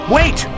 Wait